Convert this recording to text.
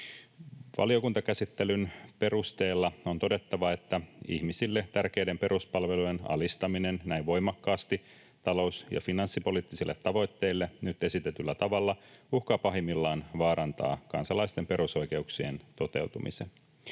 Valiokuntakäsittelyn perusteella on todettava, että ihmisille tärkeiden peruspalvelujen alistaminen näin voimakkaasti talous- ja finanssipoliittisille tavoitteille nyt esitetyllä tavalla uhkaa pahimmillaan vaarantaa kansalaisten perusoikeuksien toteutumisen.